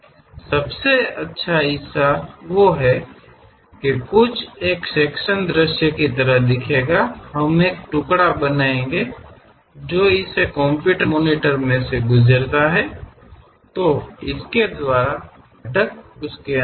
ಆದ್ದರಿಂದ ಮೇಲಿನ ಭಾಗವನ್ನು ತೆಗೆದುಹಾಕಲಾಗುತ್ತದೆ ಮತ್ತು ಕೆಳಗಿನ ಭಾಗವನ್ನು ದೃಶ್ಯೀಕರಿಸಬಹುದು ಇದರಿಂದ ಯಾವ ರೀತಿಯ ಎಲೆಕ್ಟ್ರಾನಿಕ್ ಘಟಕಗಳಿವೆ ಎಂಬುದನ್ನು ನಾವು ಅರ್ಥಮಾಡಿಕೊಳ್ಳುತ್ತೇವೆ